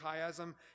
chiasm